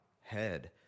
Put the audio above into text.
head